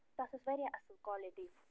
تتھ ٲس وارِیاہ اصٕل کالٹی